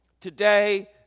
Today